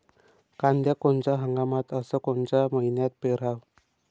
कांद्या कोनच्या हंगामात अस कोनच्या मईन्यात पेरावं?